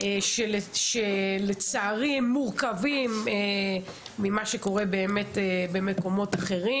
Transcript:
שלצערי הם מורכבים יותר לעומת מקומות אחרים.